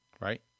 right